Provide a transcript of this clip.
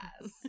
Yes